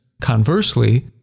Conversely